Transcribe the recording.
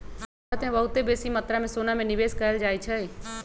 भारत में बहुते बेशी मत्रा में सोना में निवेश कएल जाइ छइ